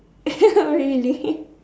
really